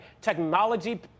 technology